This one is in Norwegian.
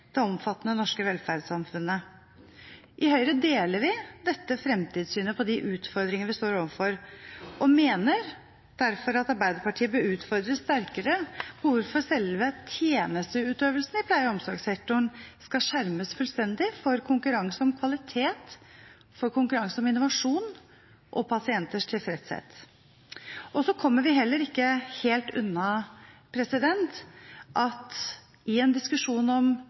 det omfattende norske velferdssamfunnet.» I Høyre deler vi dette framtidssynet på de utfordringene vi står overfor, og mener derfor at Arbeiderpartiet bør utfordres sterkere på hvorfor selve tjenesteutøvelsen i pleie- og omsorgssektoren skal skjermes fullstendig for konkurranse om kvalitet, for konkurranse om innovasjon og pasienters tilfredshet. Vi kommer heller ikke helt unna at i en diskusjon om